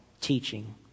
teaching